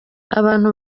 abantu